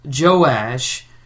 Joash